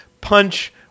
punch